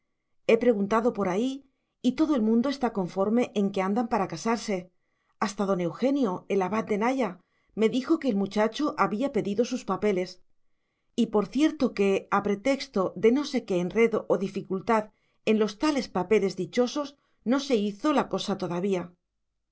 he preguntado por ahí y todo el mundo está conforme en que andan para casarse hasta don eugenio el abad de naya me dijo que el muchacho había pedido sus papeles y por cierto que a pretexto de no sé qué enredo o dificultad en los tales papeles dichosos no se hizo la cosa todavía